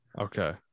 Okay